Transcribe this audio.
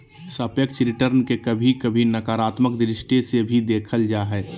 सापेक्ष रिटर्न के कभी कभी नकारात्मक दृष्टि से भी देखल जा हय